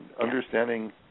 understanding